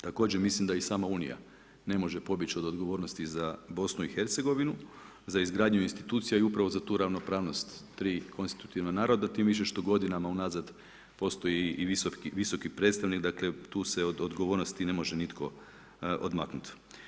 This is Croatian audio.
Također mislim da i sama unija ne može pobjeći od odgovornosti za BiH, za izgradnju institucija i upravo za ravnopravnost tri konstruktivna naroda tim više što godina unazad postoji i visoki predstavnik, dakle tu se od odgovornosti ne može nitko odmaknut.